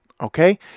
Okay